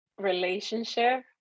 relationship